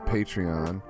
Patreon